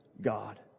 God